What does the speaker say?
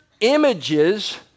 images